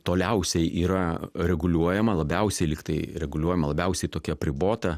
toliausiai yra reguliuojama labiausiai lyg tai reguliuojama labiausiai tokia apribota